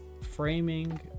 framing